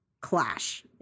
clash